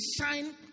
shine